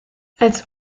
als